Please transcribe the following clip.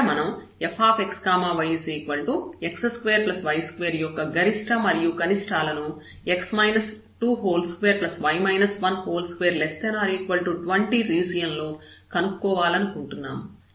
ఇక్కడ మనం fxyx2y2 యొక్క గరిష్ట మరియు కనిష్టాల ను 22≤ 20 రీజియన్లో కనుక్కోవాలనుకుంటున్నాము